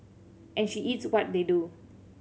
and she eats what they do